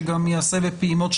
שגם ייעשה בפעימות,